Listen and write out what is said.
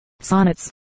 sonnets